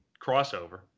crossover